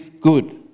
good